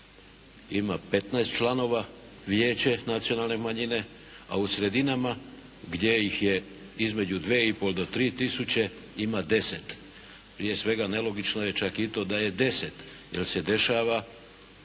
ima 15 članova Vijeće nacionalne manjine, a u sredinama gdje ih je između 2 i pol i 3 tisuće ima 10. Prije svega nelogično čak i to da je 10 jer se dešava